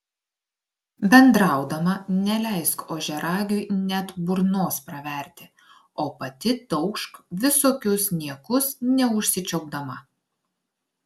bendraudama neleisk ožiaragiui net burnos praverti o pati taukšk visokius niekus neužsičiaupdama